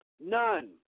None